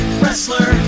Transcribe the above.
wrestler